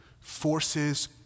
forces